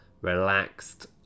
relaxed